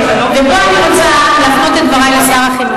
אדוני היושב-ראש,